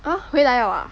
啊回来了啊